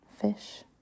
fish